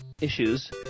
issues